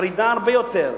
מחרידה הרבה יותר,